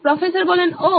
professor ওহ্